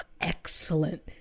Excellent